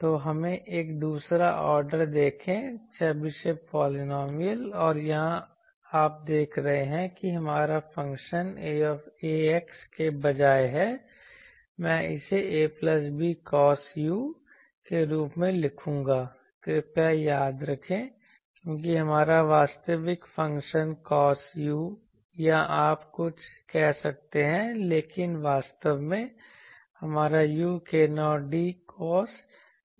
तो हमें एक दूसरा ऑर्डर देखें चेबेशेव पॉलिनॉमियल और यहाँ आप देख रहे हैं कि हमारा फंक्शन a x के बजाय है मैं इसे a b कोस के रूप में लिखूंगा कृपया याद रखें क्योंकि हमारा वास्तविक फंक्शन कोस या आप कुछ कह सकते हैं लेकिन वास्तव में हमारा u k0d कोस